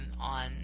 on